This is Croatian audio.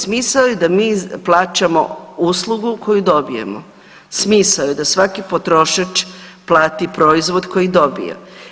Smisao je da mi plaćamo uslugu koju dobijemo, smisao je da svaki potrošač plati proizvod koji dobije.